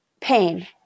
pain